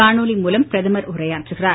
காணொளி மூலம் பிரதமர் உரையாற்றுகிறார்